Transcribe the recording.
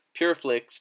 PureFlix